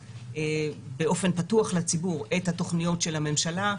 באופן פתוח לציבור את התוכניות של הממשלה.